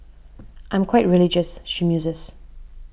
I'm quite religious she muses